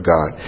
God